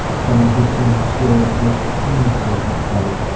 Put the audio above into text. someone who seems seriously, heinously uptight,